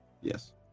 Yes